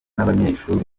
n’abanyeshuri